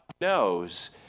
knows